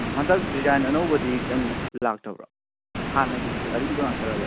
ꯑꯣ ꯍꯟꯗꯛ ꯗꯤꯖꯥꯏꯟ ꯑꯅꯧꯕꯗꯤ ꯀꯩꯝ ꯂꯥꯛꯇꯕ꯭ꯔꯣ ꯍꯥꯟꯅꯒꯤ ꯑꯔꯤꯕ ꯉꯥꯛꯇꯔꯕ